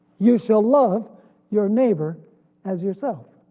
you shall love your neighbor as yourself.